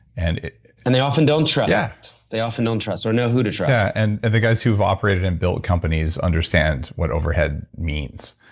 and and they often don't trust. yeah. they often don't trust or know who to trust. yeah. and the guys who've operated and built companies understand what overhead means.